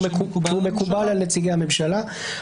והוא מקובל על נציגי הממשלה.